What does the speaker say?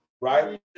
right